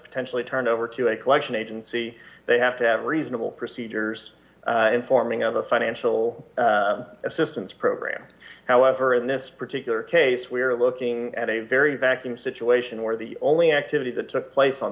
potentially turned over to a collection agency they have to have reasonable procedures in forming of a financial assistance program however in this particular case we are looking at a very vacuum situation where the only activity that took place on